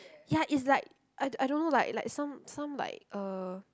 ya it's like I I don't know like like some some like uh